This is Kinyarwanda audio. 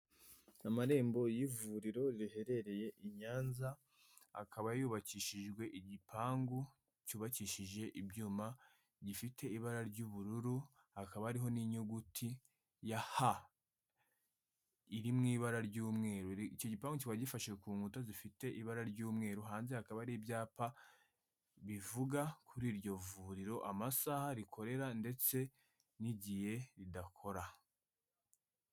Amarembo y'ivuriro riherereye i Nyanza akaba yubakishijwe igipangu cyubakishije ibyuma, gifite ibara ry'ubururu hakaba hariho n'inyuguti ya H iri mu ibara ry'umweru. Icyo gipangu kikaba gifashe ku nkuta zifite ibara ry'umweru hanze hakaba ari ibyapa bivuga kuri iryo vuriro amasaha rikorera ndetse n'igihe ridakora.